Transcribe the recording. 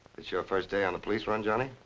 it's your first day on the police run, johnny?